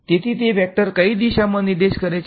તેથી તે વેક્ટર કઈ દિશામાં નિર્દેશ કરે છે